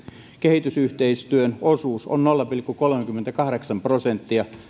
kehitysyhteistyön osuus on nolla pilkku kolmekymmentäkahdeksan prosenttia